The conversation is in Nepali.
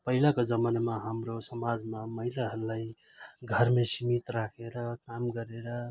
पहिलाको जमानामा हाम्रो समाजमा महिलाहरूलाई घरमै सीमित राखेर काम गरेर